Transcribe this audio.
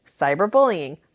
cyberbullying